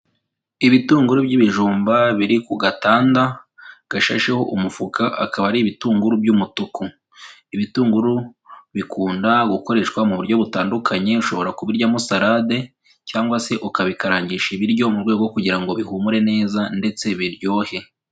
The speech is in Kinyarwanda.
Ibitunguru by'ibijumba biri ku gatanda gashasheho umufuka akaba ari ibitunguru by'umutuku, ibitunguru bikunda gukoreshwa mu buryo butandukanye ushobora kubiryamo salade cyangwa se ukabikarangisha ibiryo mu rwego kugira ngo bihumure neza ndetse biryohe.